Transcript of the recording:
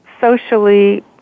socially